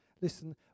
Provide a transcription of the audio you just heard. Listen